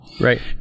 Right